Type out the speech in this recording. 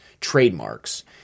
trademarks